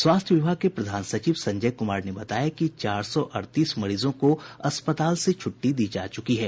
स्वास्थ्य विभाग के प्रधान सचिव संजय कुमार ने बताया कि चार सौ अड़तीस मरीजों को अस्पताल से छुट्टी दी जा चुकी है